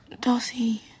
Darcy